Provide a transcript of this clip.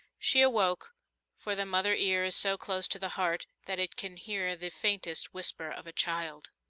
she awoke for the mother-ear is so close to the heart that it can hear the faintest whisper of a child.